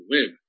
Web